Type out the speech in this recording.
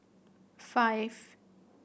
five